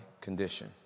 condition